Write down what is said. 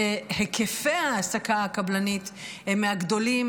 היקפי ההעסקה הקבלנית הם מהגדולים,